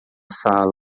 sala